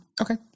Okay